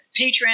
Patreon